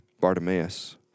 Bartimaeus